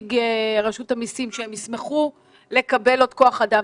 נציג רשות המסים שהם ישמחו לקבל עוד כוח אדם.